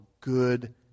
good